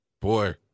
Boy